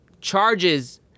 charges